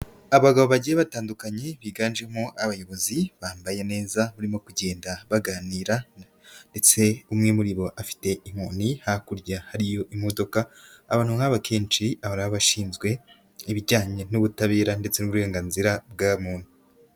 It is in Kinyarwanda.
Abagabo bagiye batandukanye, biganjemo abayobozi bambaye neza barimo kugenda baganira ndetse umwe muri bo afite inkoni, hakurya hariyo imodoka, abantu nkaba akenshi ari abashinzwe ibijyanye n'ubutabera ndetse n'uburenganzira bwa muntu.